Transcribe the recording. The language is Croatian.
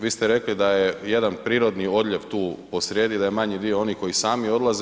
Vi ste rekli da je jedan prirodni odljev tu posrijedi, da je manji dio onih koji sami odlaze.